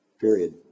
Period